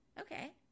Okay